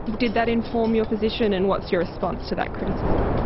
did that inform your position and what's your response to that criticism?